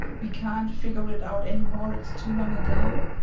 we can't figure it out anymore it's too long ago.